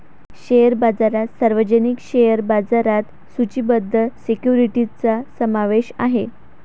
share बाजारात सार्वजनिक share बाजारात सूचीबद्ध सिक्युरिटीजचा समावेश आहे